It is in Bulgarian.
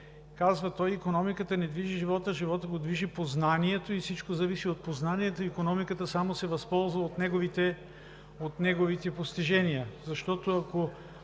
казва той. Икономиката не движи живота, а живота го движи познанието и всичко зависи от познанието, икономиката само се възползва от неговите постижения. Защото, ако